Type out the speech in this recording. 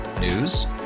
News